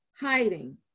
hiding